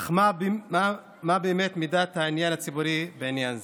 אך מה באמת מידת העניין הציבורי בעניין זה?